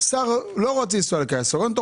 שר לא רוצה לנסוע על קיה סורנטו,